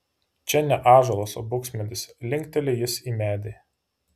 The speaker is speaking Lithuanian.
čia ne ąžuolas o buksmedis linkteli jis į medį